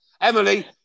Emily